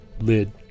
lid